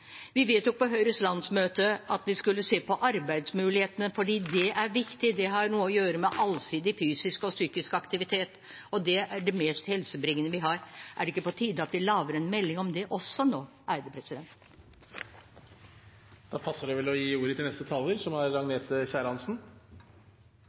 Vi vedtok på Høyres landsmøte at vi skulle se på arbeidsmulighetene, for det er viktig. Det har å gjøre med allsidig fysisk og psykisk aktivitet, og det er det mest helsebringende vi har. Er det ikke nå på tide at vi lager en melding om det også?